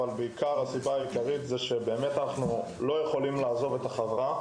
אבל הסיבה העיקרית היא שאנחנו לא יכולים לעזוב את החווה.